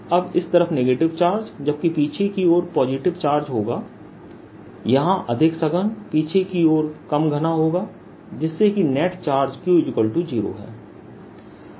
अब इस तरफ नेगेटिव चार्ज जबकि पीछे की ओर पॉजिटिव चार्ज होगा यहाँ अधिक सघन पीछे की ओर कम घना होगा जिससे कि नेट चार्ज Q 0 है